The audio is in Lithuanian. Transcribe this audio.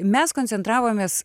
mes koncentravomės